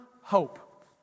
hope